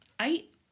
eight